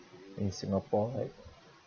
in singapore right